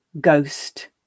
ghost